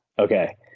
okay